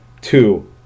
two